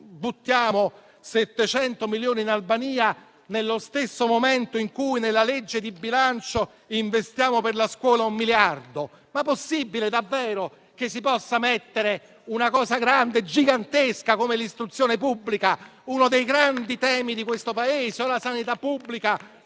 Buttiamo 700 milioni in Albania nello stesso momento in cui, nella legge di bilancio, investiamo per la scuola un miliardo. Ma possibile, davvero, che si possa dedicare a una cosa grande, gigantesca come l'istruzione pubblica, uno dei grandi temi di questo Paese, o alla sanità pubblica